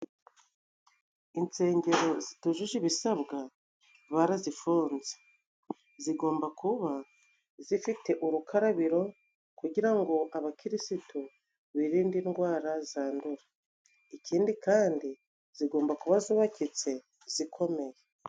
Insengero zitujuje ibisabwa barazifunze, zigomba kuba zifite urukarabiro kugira ngo abakirisitu birinde indwara zandura, ikindi kandi zigomba kuba zubakitse zikomeye.